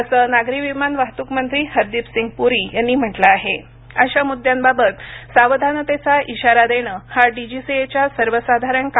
असं नागरी विमान वाहतूक मंत्री हरदीपसिंग पुरी यांनी म्हटलं अशा मुद्द्यांबाबत सावधानतेचा इशारा देणं हा डीजीसीएच्या सर्वसाधारण आहे